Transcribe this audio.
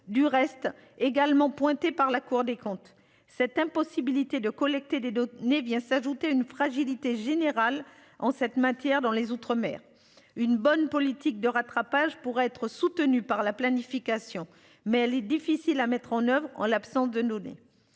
du reste également pointée par la Cour des comptes cette impossibilité de collecter des d'autres n'vient s'ajouter une fragilité générale en cette matière dans les outre-mer une bonne politique de rattrapage pourrait être soutenu par la planification mais elle est difficile à mettre en oeuvre en l'absence de données